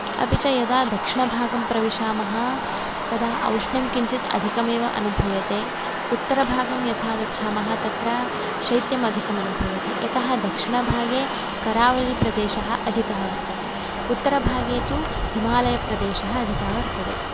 अपि च यदा दक्षिणभागं प्रविशामः तदा औष्ण्यं किञ्चित् अधिकमेव अनुभूयते उत्तरभागं यदा गच्छामः तत्र शैत्यं अधिकं अनुभूयते यतः दक्षिणभागे करावलीप्रदेशः अधिकः वर्तते उत्तरभागे तु हिमालयप्रदेशः अधिकः वर्तते